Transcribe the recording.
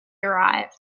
arrived